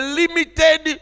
limited